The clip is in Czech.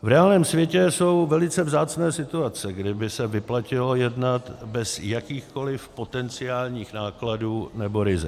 V reálném světě jsou velice vzácné situace, kde by se vyplatilo jednat bez jakýchkoliv potenciálních nákladů nebo rizik.